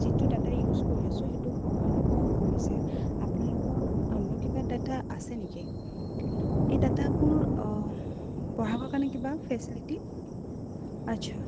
যিটো data use কৰি আছোঁ সেইটো মোৰ কাৰণে কম পৰিছে আপোনালোকৰ অন্য কিবা ডাটা আছে নেকি এই ডাটাবোৰ বঢ়াবৰ কাৰণে কিবা ফেচিলিটি আচ্ছা